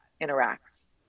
interacts